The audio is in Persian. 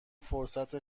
فرصت